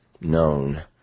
known